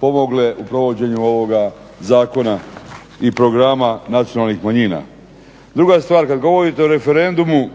pomogle u provođenju ovoga zakona i programa nacionalnih manjina. Druga stvar, kad govorite o Referendumu